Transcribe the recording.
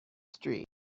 street